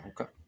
okay